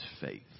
faith